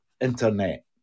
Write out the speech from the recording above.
internet